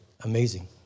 amazing